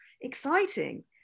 exciting